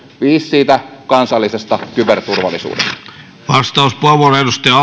viis siitä kansallisesta kyberturvallisuudesta